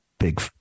big